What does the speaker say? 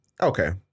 okay